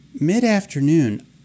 mid-afternoon